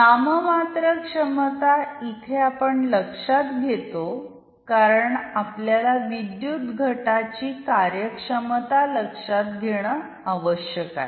नाममात्र क्षमता इथे आपण लक्षात घेतो कारण आपल्याला विद्युत घटाची कार्यक्षमता लक्षात घेणं आवश्यक आहे